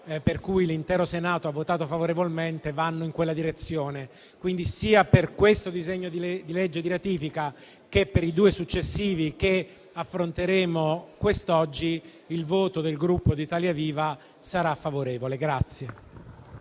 per cui l'intero Senato ha votato favorevolmente, vanno in quella direzione. Quindi, sia per questo disegno di legge di ratifica che per i due successivi che affronteremo quest'oggi, il voto del Gruppo Italia Viva sarà favorevole.